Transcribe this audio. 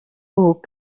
aux